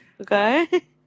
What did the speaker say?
Okay